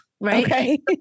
Right